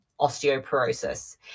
osteoporosis